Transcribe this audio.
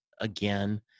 again